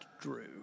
Drew